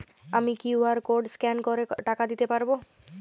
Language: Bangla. আমি কিউ.আর কোড স্ক্যান করে টাকা দিতে পারবো?